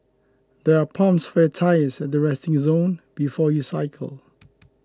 there are pumps for your tyres at the resting zone before you cycle